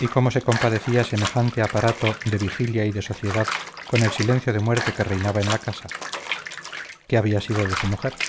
y cómo se compadecía semejante aparato de vigilia y de sociedad con el silencio de muerte que reinaba en la casa qué había sido de su mujer